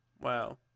Wow